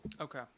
Okay